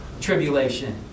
tribulation